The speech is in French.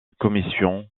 commission